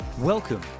Welcome